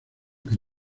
que